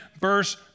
verse